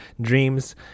dreams